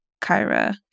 Kyra